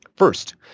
First